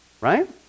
right